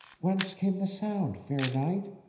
whence came the sound, fair knight?